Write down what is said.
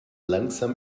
langsam